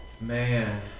Man